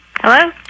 Hello